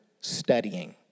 studying